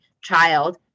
child